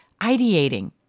ideating